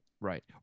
Right